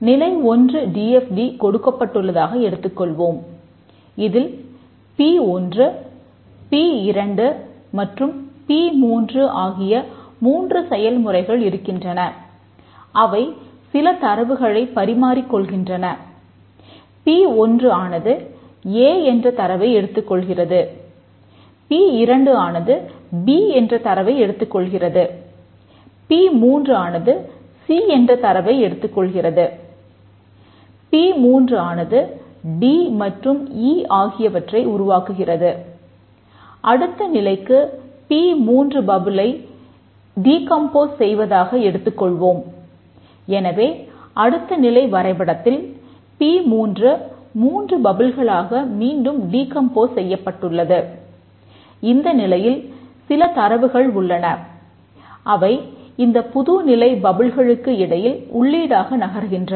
நிலை 1 D F T இடையில் உள்ளீடாக நகர்கின்றன